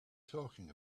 talking